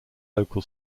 local